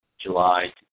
July